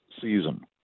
season